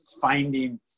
finding